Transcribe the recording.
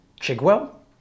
chigwell